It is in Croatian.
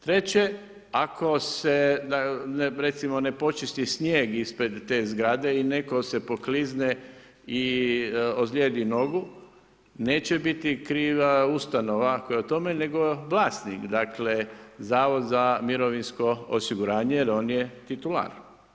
Treće, ako se recimo ne počisti snijeg ispred te zgrade i netko se poklizne i ozlijedi nogu neće biti kriva ustanova koja o tome, nego vlasnik, dakle zavod za mirovinsko osiguranje jer on je titular.